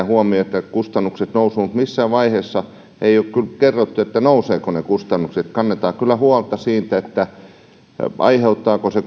huomiota kustannusten nousuun mutta missään vaiheessa ei ole kerrottu nousevatko ne kustannukset kannetaan kyllä huolta siitä aiheuttaako se